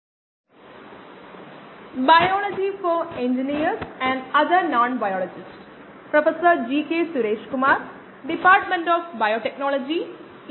NPTEL online certification പ്രോഗ്രാമിന് കീഴിലുള്ള bio റിയാക്ടറുകളെക്കുറിച്ചുള്ള കോഴ്സിലെ പ്രഭാഷണം 9 ലേക്ക് സ്വാഗതം